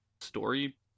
story